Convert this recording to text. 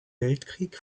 weltkrieg